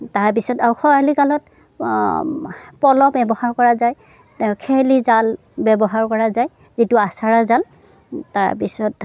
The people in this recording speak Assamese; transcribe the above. তাৰ পিছত আকৌ খৰালি কালত পলহ ব্য়ৱহাৰ কৰা যায় খেৱালি জাল ব্য়ৱহাৰ কৰা যায় যিটো আছাৰা জাল তাৰপিছত